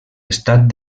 estat